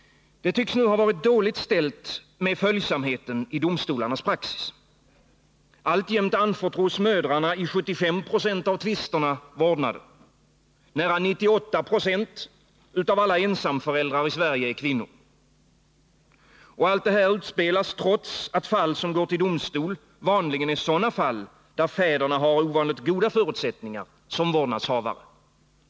Det tycks nu ha varit dåligt ställt med följsamheten i domstolarnas praxis. Alltjämt anförtros mödrarna i 75 90 av tvisterna vårdnaden. Nära 98 96 av alla ensamföräldrar i Sverige är kvinnor. Allt detta utspelas trots att fall som går till domstol vanligen är sådana fall där fäderna har ovanligt goda förutsättningar som vårdnadshavare.